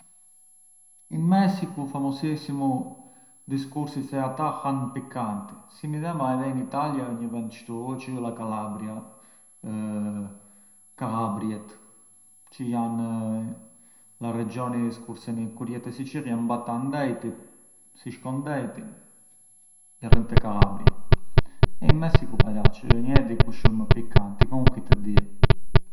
In Messicu ë famosissimu diskursi se ata han pikanti, si midhema edhe in Italia ë një vend shtu çë ë la Calabria, Kallabriet, çë jan la regioni skurseni kur je te Siçillja mbatan dejtit, si shkon dejtin jarrën te Kallabriet. E in Mesiku paraç, ngë e di kush ë më pikanti, comunqui të dia.